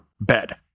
bed